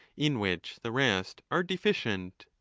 in which the rest are deficient.